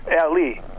Ali